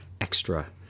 extra